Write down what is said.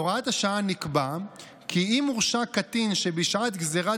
בהוראת השעה נקבע כי אם הורשע קטין שבשעת גזירת